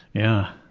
yeah.